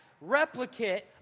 Replicate